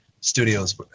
studios